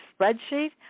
spreadsheet